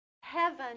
heaven